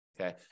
Okay